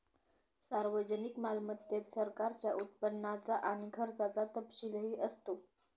सार्वजनिक मालमत्तेत सरकारच्या उत्पन्नाचा आणि खर्चाचा तपशीलही असतो